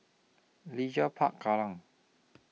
Leisure Park Kallang